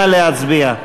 נא להצביע.